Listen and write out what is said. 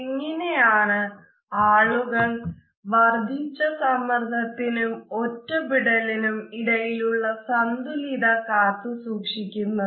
എങ്ങനെയാണ് ആളുകൾ വർദ്ധിച്ച സമ്മർദ്ദത്തിനും ഒറ്റപ്പെടലിനും ഇടയിലുള്ള സന്തുലിത കാത്ത് സൂക്ഷിക്കുന്നത്